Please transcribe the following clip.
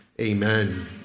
Amen